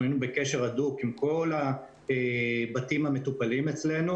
היינו בקשר הדוק עם כל הבתים המטופלים אצלנו